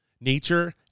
nature